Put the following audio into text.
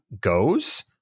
goes